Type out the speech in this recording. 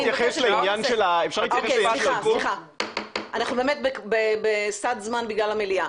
אנחנו באמת בסד זמן בגלל המליאה.